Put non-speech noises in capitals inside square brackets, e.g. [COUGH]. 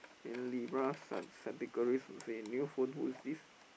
then Libra Sa~ Sagittarius will say new phone who is this [NOISE]